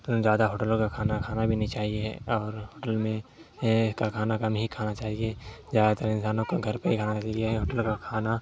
زیادہ ہوٹلوں کا کھانا کھانا بھی نہیں چاہیے اور ہوٹل میں کا کھانا کم ہی کھانا چاہیے زیادہ تر انسانوں کو گھر کا ہی کھانا چاہیے ہوٹل کا کھانا